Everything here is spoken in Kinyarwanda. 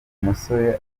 musore